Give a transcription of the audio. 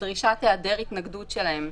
בדרישת היעדר התנגדות שלהם,